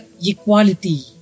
equality